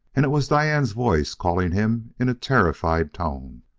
and it was diane's voice calling him in a terrified tone.